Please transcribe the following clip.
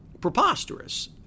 preposterous